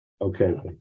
Okay